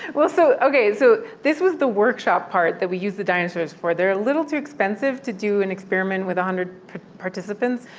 well, so ok, so this was the workshop part that we used the dinosaurs for. they're a little too expensive to do an experiment with a hundred participants.